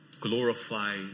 Glorify